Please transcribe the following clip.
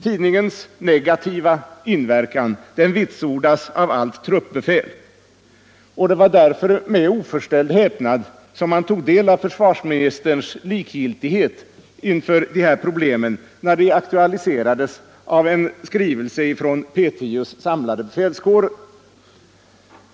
Tidningens negativa inverkan vitsordas av allt truppbefäl, och det var därför med oförställd häpnad som man tog del av försvarsministerns likgiltighet inför det här problemet när det aktualiserades i en skrivelse från P 10:s samlade befälskårer.